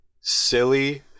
silly